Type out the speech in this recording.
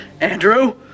Andrew